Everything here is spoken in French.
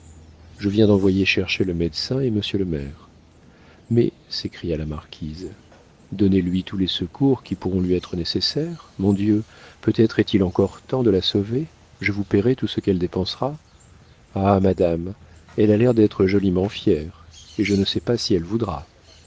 je viens d'envoyer chercher le médecin et monsieur le maire mais s'écria la marquise donnez-lui tous les secours qui pourront lui être nécessaires mon dieu peut-être est-il encore temps de la sauver je vous paierai tout ce qu'elle dépensera ah madame elle a l'air d'être joliment fière et je ne sais pas si elle voudra